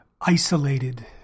isolated